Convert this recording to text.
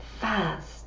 fast